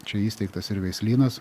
čia įsteigtas ir veislynas